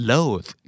Loath